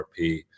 RP